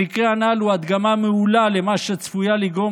המקרה הנ"ל הוא הדגמה מעולה למה שצפויה לגרום